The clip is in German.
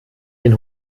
den